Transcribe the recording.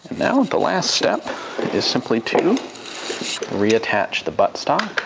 now the last step is simply to reattach the buttstock.